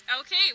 Okay